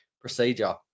procedure